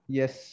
yes